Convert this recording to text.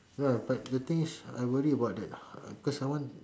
ah but the thing is I worry about that uh cause I want